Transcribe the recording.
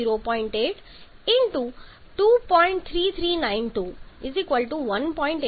3392 1